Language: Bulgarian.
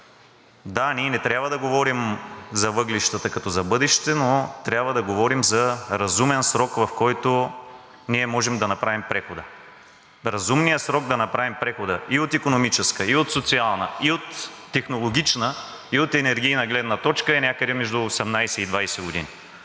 Да, ние не трябва да говорим за въглищата като за бъдеще, но трябва да говорим за разумен срок, в който може да направим прехода. Разумният срок да направим прехода и от икономическа, и от социална, и от технологична, и от енергийна гледна точка е някъде между 18 и 20 години,